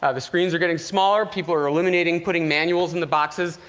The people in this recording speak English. ah the screens are getting smaller, people are illuminating, putting manuals in the boxes,